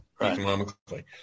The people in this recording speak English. economically